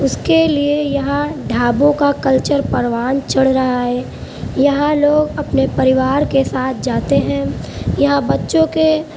اس کے لیے یہاں ڈھابوں کا کلچر پروان چڑھ رہا ہے یہاں لوگ اپنے پریوار کے ساتھ جاتے ہیں یہاں بچوں کے